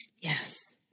yes